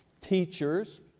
Teachers